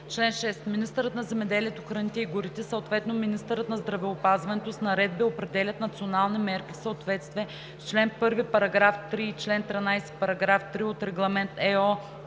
„Чл. 6. Министърът на земеделието, храните и горите, съответно министърът на здравеопазването, с наредби определят национални мерки в съответствие с чл. 1, параграф 3